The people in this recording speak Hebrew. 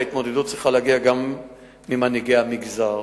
ההתמודדות צריכה להגיע גם ממנהיגי המגזר